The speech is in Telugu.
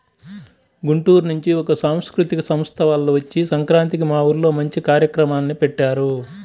గుంటూరు నుంచి ఒక సాంస్కృతిక సంస్థ వాల్లు వచ్చి సంక్రాంతికి మా ఊర్లో మంచి కార్యక్రమాల్ని పెట్టారు